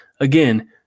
again